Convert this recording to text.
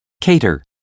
Cater